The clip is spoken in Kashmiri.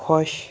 خۄش